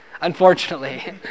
unfortunately